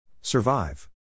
Survive